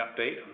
update